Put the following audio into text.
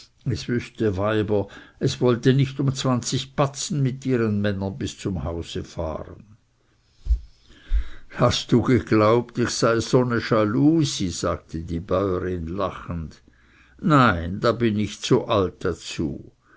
es wüßte weiber es wollte nicht um zwanzig batzen mit ihren männern bis zum hause fahren hast du geglaubt ich sei son e schalusi sagte die bäurin lachend nein da bin ich zu alt dazu